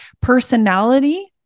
personality